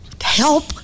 help